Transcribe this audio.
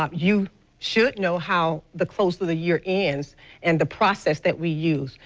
um you should know how the close of the year ends and the process that we use,